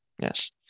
Yes